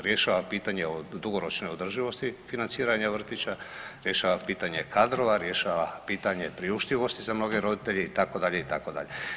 Rješava pitanje dugoročne održivosti financiranja vrtića, rješava pitanje kadrova, rješava pitanje priuštivosti za mnoge rodite itd., itd.